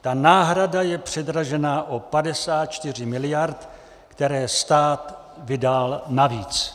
Ta náhrada je předražena o 54 miliard, které stát vydal navíc.